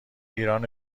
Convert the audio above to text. ایران